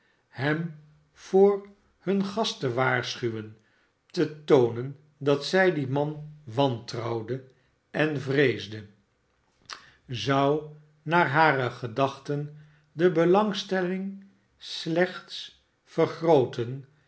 hem voor hun gast te waarschuwen te toonen dat zij dien man wantrouwde en vreesde zou naar hare gedachten de belangstelling slechts vergrooten